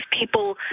people